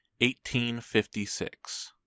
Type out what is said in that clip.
1856